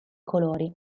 colori